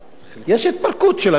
התפרקות של המדינה,